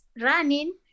running